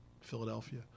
Philadelphia